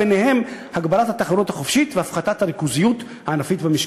ביניהם הגברת התחרות החופשית והפחתת הריכוזיות הענפית והמשקית."